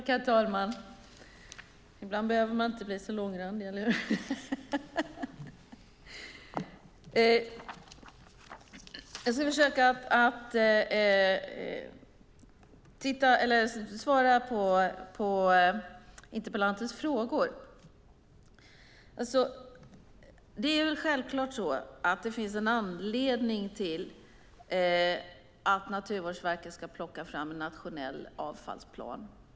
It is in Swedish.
Herr talman! Ibland behöver man inte bli så långrandig! Eller hur? Jag ska försöka svara på interpellantens frågor. Det är självklart att det finns en anledning till att Naturvårdsverket ska plocka fram en nationell avfallsplan.